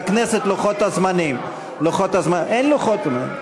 אין לי שליטה על הוועדות.